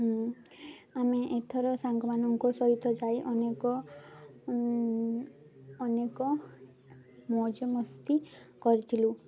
ଆମେ ଏଥର ସାଙ୍ଗମାନଙ୍କ ସହିତ ଯାଇ ଅନେକ ଅନେକ ମଉଜ ମସ୍ତି କରିଥିଲୁ